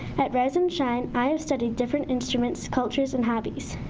at rise and shine i have studied different instruments, cultures and hobbies.